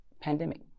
pandemic